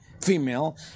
female